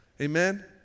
amen